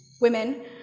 Women